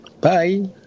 Bye